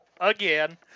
Again